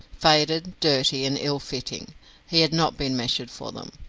faded, dirty, and ill-fitting he had not been measured for them.